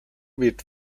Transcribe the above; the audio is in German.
wird